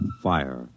fire